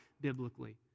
biblically